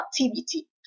activity